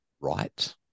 right